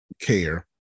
care